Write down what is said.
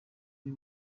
ari